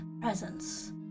presence